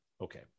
Okay